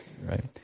right